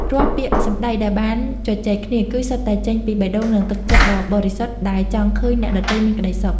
រាល់ពាក្យសម្ដីដែលបានជជែកគ្នា គឺសុទ្ធតែចេញពីបេះដូងនិងទឹកចិត្តដ៏បរិសុទ្ធដែលចង់ឃើញអ្នកដទៃមានក្ដីសុខ។